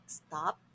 stop